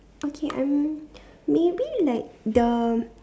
okay um maybe like the